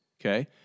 Okay